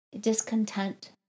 discontent